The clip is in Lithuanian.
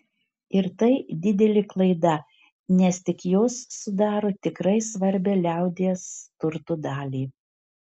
ir tai didelė klaida nes tik jos sudaro tikrai svarbią liaudies turto dalį